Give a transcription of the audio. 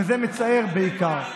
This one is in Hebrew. וזה מצער, בעיקר.